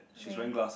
grey